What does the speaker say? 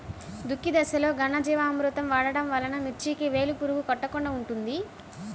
దుక్కి దశలో ఘనజీవామృతం వాడటం వలన మిర్చికి వేలు పురుగు కొట్టకుండా ఉంటుంది?